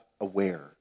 aware